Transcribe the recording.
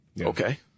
Okay